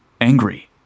angry